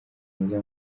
myiza